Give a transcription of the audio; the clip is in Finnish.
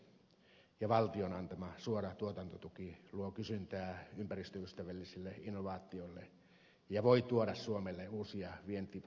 uusiutuvan energian käyttö ja valtion antama suora tuotantotuki luo kysyntää ympäristöystävällisille innovaatioille ja voi tuoda suomelle uusia vientituotteita